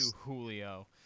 Julio